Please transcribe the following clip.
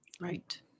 Right